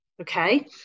Okay